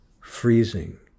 freezing